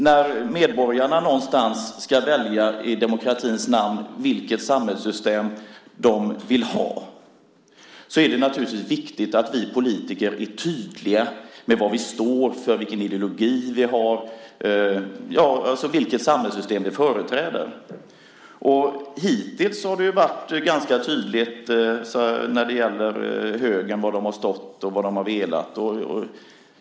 När medborgarna i demokratins namn ska välja vilket samhällssystem de vill ha är det naturligtvis viktigt att vi politiker är tydliga med vad vi står för och vilken ideologi vi har - alltså vilket samhällssystem vi företräder. Hittills har det varit ganska tydligt var högern har stått och vad den har velat.